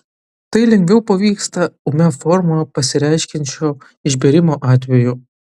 tai lengviau pavyksta ūmia forma pasireiškiančio išbėrimo atveju